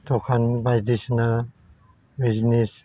दखान बायदिसिना बिजनेस